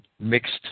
mixed